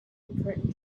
recurrent